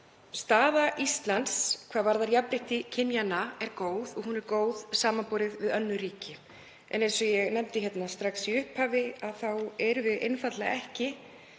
Staða Íslands hvað varðar jafnrétti kynjanna er góð og hún er góð samanborið við önnur ríki. En eins og ég nefndi strax í upphafi þá erum við einfaldlega ekki